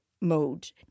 mode